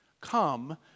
come